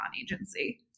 agency